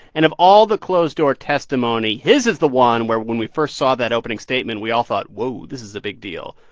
and of all the closed-door testimony, his is the one where, when we first saw that opening statement, we all thought, whoa, this is a big deal.